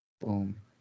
Boom